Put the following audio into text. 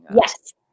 Yes